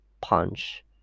punch